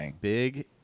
big